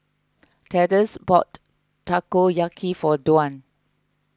Thaddeus bought Takoyaki for Dwan